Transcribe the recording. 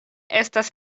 estas